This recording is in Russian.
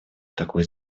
такой